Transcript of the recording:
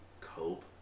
cope